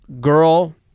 Girl